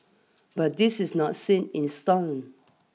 but this is not set in stone